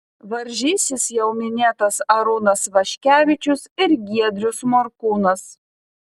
varžysis jau minėtas arūnas vaškevičius ir giedrius morkūnas